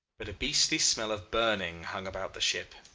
but a beastly smell of burning hung about the ship.